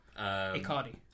Icardi